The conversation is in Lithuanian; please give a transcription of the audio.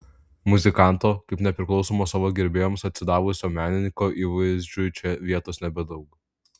muzikanto kaip nepriklausomo savo gerbėjams atsidavusio menininko įvaizdžiui čia vietos nebedaug